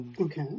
Okay